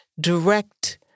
direct